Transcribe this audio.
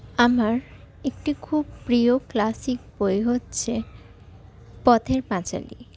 আমার একটি খুব প্রিয় ক্লাসিক বই হচ্ছে পথের পাঁচালী